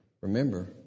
remember